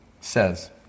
says